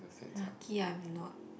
luckily I'm not